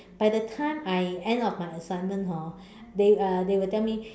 by the time I end off my assignment hor they uh they will tell me